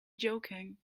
joking